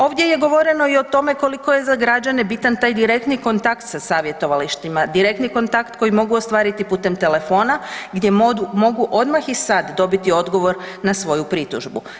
Ovdje je govoreno i o tome koliko je za građane bitan taj direktni kontakt sa savjetovalištima, direktni kontakt koji mogu ostvariti putem telefona gdje mogu odmah i sad dobiti odgovor na svoju pritužbu.